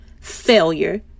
failure